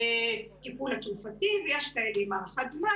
הטיפול התרופתי ויש כאלה עם הארכת זמן,